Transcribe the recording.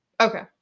okay